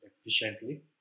efficiently